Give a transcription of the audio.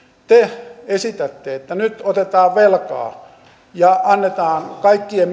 te esitätte että nyt otetaan velkaa ja annetaan kaikkien